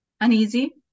uneasy